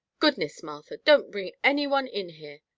goodness, martha! don't bring any one in here!